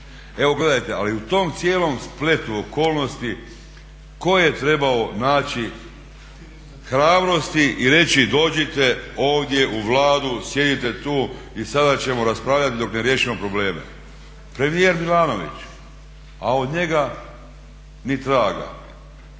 istupao. Ali u tom cijelom spletu okolnosti tko je trebao naći hrabrosti i reći dođite ovdje u Vladu, sjedite tu i sada ćemo raspravljati dok ne riješimo probleme? Premijer Milanović. A od njega ni traga.